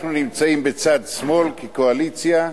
אנחנו נמצאים בצד שמאל כקואליציה,